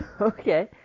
Okay